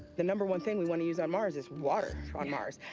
the number one thing we want to use on mars is water on mars,